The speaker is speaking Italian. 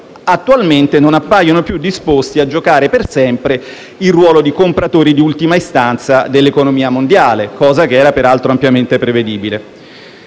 attualmente non appaiono disposti a giocare per sempre il ruolo di «compratori di ultima istanza» dell'economia mondiale, come ampiamente prevedibile.